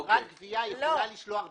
חברת גבייה יכולה לשלוח דרישה.